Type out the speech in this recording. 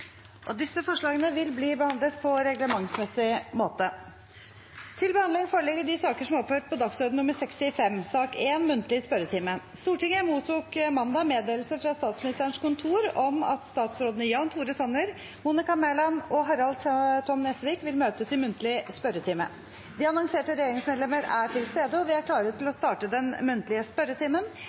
Forslagene vil bli behandlet på reglementsmessig måte. Stortinget mottok mandag meddelelse fra Statsministerens kontor om at statsrådene Jan Tore Sanner, Monica Mæland og Harald T. Nesvik vil møte til muntlig spørretime. De annonserte regjeringsmedlemmene er til stede, og vi er klare til å starte den muntlige spørretimen.